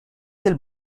del